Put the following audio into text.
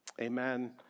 Amen